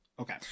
Okay